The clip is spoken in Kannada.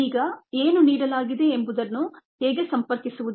ಈಗ ಏನು ನೀಡಲಾಗಿದೆ ಎಂಬುದನ್ನು ಹೇಗೆ ಸಂಪರ್ಕಿಸುವುದು